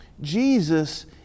Jesus